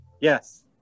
Yes